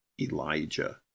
Elijah